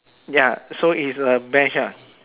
ya so it's a bench ah